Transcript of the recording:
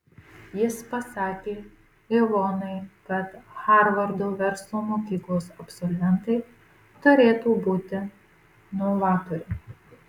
jis pasakė ivonai kad harvardo verslo mokyklos absolventai turėtų būti novatoriai